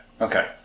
Okay